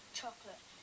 chocolate